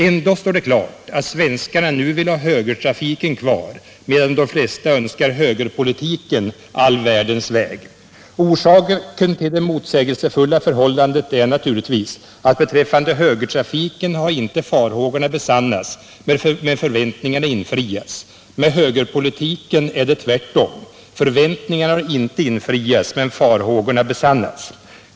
Ändå står det klart att svenskarna nu vill ha högertrafiken kvar medan de flesta önskar högerpolitiken all världens väg. Orsaken till det motsägelsefulla förhållandet är naturligtvis att beträffande högertrafiken har inte farhågorna besannats men förväntningarna infriats. Med högerpolitiken är det tvärtom. Förväntningarna har inte infriats men farhågorna besannats.